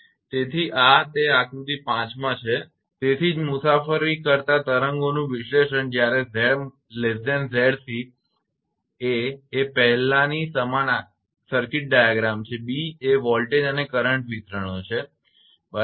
તેથી આ તે આકૃતિ 5 માં છે તેથી જ મુસાફરી કરતા તરંગોનું વિશ્લેષણ જ્યારે 𝑍𝑍𝑐 એ પહેલાની સમાન સર્કિટ ડાયાગ્રામ છે અને એ વોલ્ટેજ અને કરંટ વિતરણો છે બરાબર